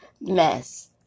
mess